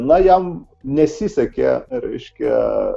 na jam nesisekė reiškia